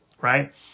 Right